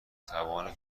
توان